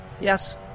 Yes